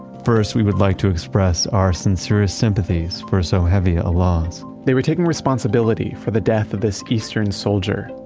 first we would like to express our sincerest sympathies for so heavy a loss. they were taking responsibility for the death of this eastern soldier.